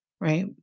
right